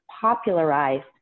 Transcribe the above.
popularized